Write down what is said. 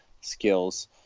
skills